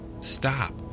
stop